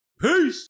peace